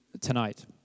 tonight